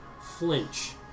flinch